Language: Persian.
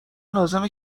لازمه